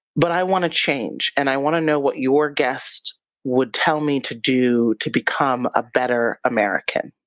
but i want to change and i want to know what your guest would tell me to do to become a better american.